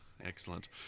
Excellent